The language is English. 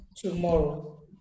tomorrow